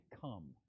come